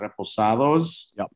reposados